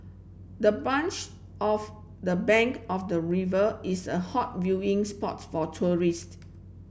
the bench of the bank of the river is a hot viewing spots for tourist